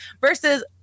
versus